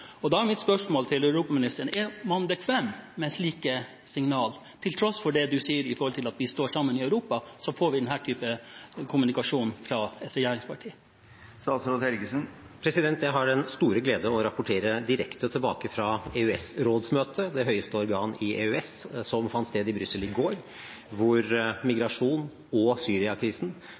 Da er mitt spørsmål til europaministeren: Er man bekvem med slike signal? Til tross for det statsråden sier om at vi står sammen i Europa, får vi denne typen kommunikasjon fra et av regjeringspartiene. Jeg har den store glede å rapportere direkte tilbake fra EØS-rådsmøtet, det høyeste organet i EØS, som fant sted i Brussel i går,